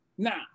Now